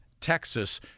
Texas